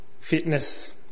fitness